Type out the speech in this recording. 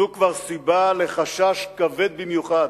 זו כבר סיבה לחשש כבד במיוחד.